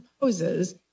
poses